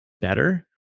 better